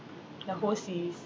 the whole series